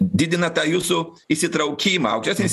didina tą jūsų įsitraukimą aukštesnis